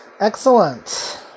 Excellent